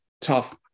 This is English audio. tough